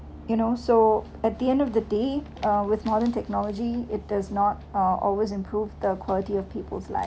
you know so at the end of the day uh with modern technology it does not uh always improve the quality of people's live